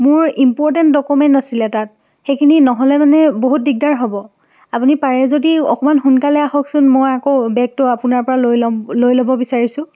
মোৰ important document আছিল তাত সেইখিনি নহ'লে মানে বহুত দিগদাৰ হ'ব আপুনি পাৰে যদি অকণমান সোনকালে আহকচোন মই আকৌ বেগটো আপোনাৰ পৰা লৈ ল'ম লৈ ল'ব বিচাৰিছোঁ